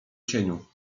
cieniu